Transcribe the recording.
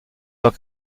leur